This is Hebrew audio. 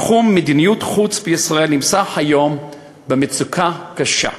תחום מדיניות החוץ בישראל נמצא היום במצוקה קשה.